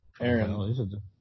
Aaron